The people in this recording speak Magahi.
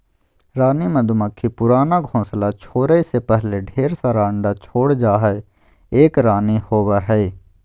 रानी मधुमक्खी पुराना घोंसला छोरै से पहले ढेर सारा अंडा छोड़ जा हई, एक रानी होवअ हई